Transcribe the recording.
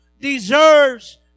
deserves